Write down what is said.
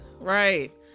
Right